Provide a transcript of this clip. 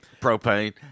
Propane